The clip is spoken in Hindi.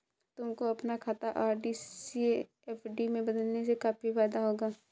तुमको अपना खाता आर.डी से एफ.डी में बदलने से काफी फायदा होगा